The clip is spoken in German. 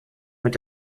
mit